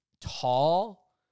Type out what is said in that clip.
tall